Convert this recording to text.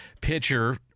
pitcher